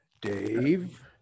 Dave